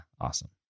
Awesome